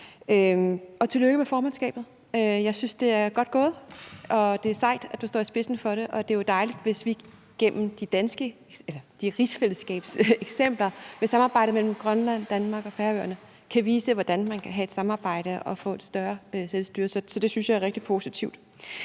på. Tillykke med formandskabet. Jeg synes, det er godt gået, og at det er sejt, at du står i spidsen for det, og det er jo dejligt, hvis vi gennem eksempler på samarbejdedet mellem Grønland, Danmark og Færøerne i rigsfællesskabet kan vise, hvordan man kan have et samarbejde og sikre et øget selvstyre, så det synes jeg er rigtig positivt.